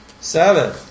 seven